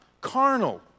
carnal